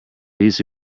thieves